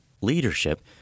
Leadership